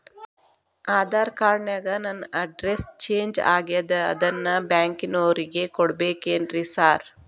Aadhaar card ನ್ಯಾಗ ನನ್ address change ಆಗ್ಯಾದ ಅದನ್ನ ಬ್ಯಾಂಕಿನೊರಿಗೆ ಕೊಡ್ಬೇಕೇನ್ರಿ ಸಾರ್?